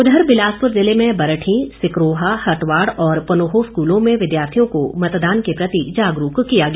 उधर बिलासपुर ज़िले में बरठी सिकरोहा हटवाड़ और पनोह स्कूलों में विद्यार्थियों को मतदान के प्रति जागरूक किया गया